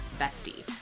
Bestie